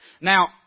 Now